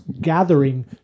gathering